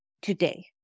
today